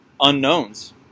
unknowns